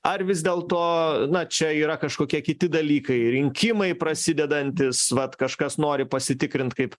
ar vis dėlto na čia yra kažkokie kiti dalykai rinkimai prasidedantys vat kažkas nori pasitikrint kaip